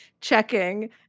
checking